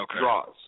draws